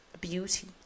beauty